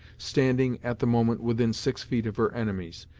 standing, at the moment, within six feet of her enemies.